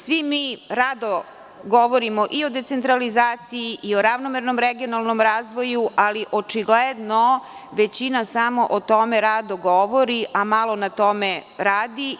Svi mi rado govorimo o decentralizaciji, o ravnomernom regionalnom razvoju, ali očigledno samo o tome rado govori, a malo na tome radi.